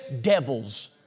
devils